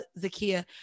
Zakia